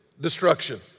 destruction